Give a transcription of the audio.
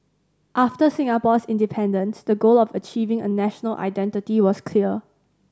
after Singapore's independence the goal of achieving a national identity was clear